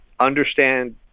Understand